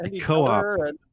Co-op